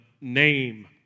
name